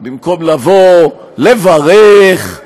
במקום לבוא, לברך,